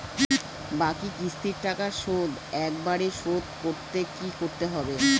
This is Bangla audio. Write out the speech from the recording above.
বাকি কিস্তির টাকা শোধ একবারে শোধ করতে কি করতে হবে?